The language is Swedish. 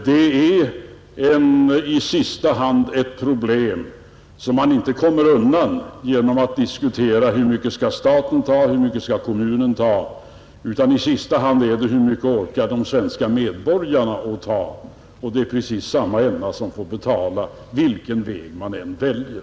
Detta är i sista hand ett problem som man inte kommer undan genom att diskutera hur mycket staten skall ta och hur mycket kommunen skall ta. Frågan är i stället: Hur mycket orkar de svenska medborgarna med? Det är precis samma människor som får betala vilken väg man än väljer.